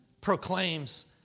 proclaims